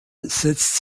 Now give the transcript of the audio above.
setzt